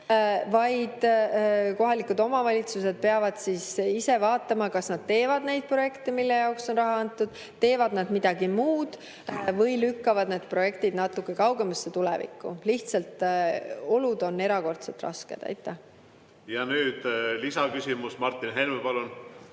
vaid kohalikud omavalitsused peavad ise vaatama, kas nad teevad neid projekte, mille jaoks on raha antud, teevad nad midagi muud või lükkavad need projektid natuke kaugemasse tulevikku. Lihtsalt olud on erakordselt rasked. Ja nüüd lisaküsimus. Martin Helme, palun!